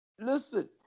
Listen